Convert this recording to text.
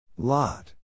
Lot